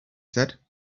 said